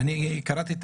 אני קראתי את